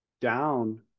down